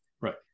Right